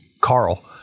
Carl